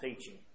teaching